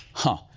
huh,